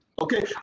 Okay